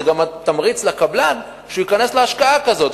זה גם תמריץ לקבלן להיכנס להשקעה כזאת,